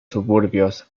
suburbios